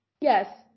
Yes